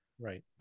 Right